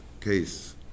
case